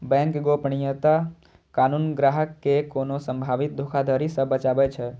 bank गोपनीयता कानून ग्राहक कें कोनो संभावित धोखाधड़ी सं बचाबै छै